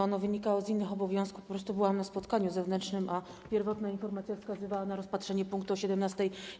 Ono wynikało z innych obowiązków - po prostu byłam na spotkaniu zewnętrznym, a pierwotna informacja wskazywała na rozpatrzenie punktu o godz. 17.